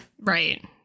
Right